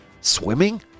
swimming